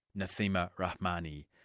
nasima rahmani.